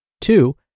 Two